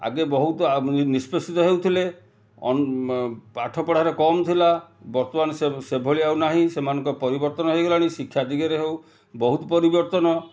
ଆଗେ ବହୁତ ନିଷ୍ପେଷିତ ହେଉଥିଲେ ପାଠ ପଢ଼ାରେ କମ୍ ଥିଲା ବର୍ତ୍ତମାନ ସେ ସେ ଭଳି ଆଉ ନାହିଁ ସେମାନଙ୍କ ପରିବର୍ତ୍ତନ ହେଇଗଲାଣି ଶିକ୍ଷା ଦିଗରେ ହଉ ବହୁତ ପରିବର୍ତ୍ତନ